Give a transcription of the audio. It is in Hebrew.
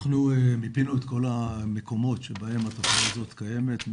אנחנו מיפינו את כל המקומות שבהם התופעה הזאת קיימת,